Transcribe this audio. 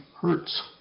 hertz